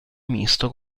misto